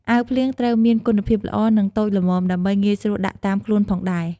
អាវភ្លៀងត្រូវមានគុណភាពល្អនិងតូចល្មមដើម្បីងាយស្រួលដាក់តាមខ្លួនផងដែរ ។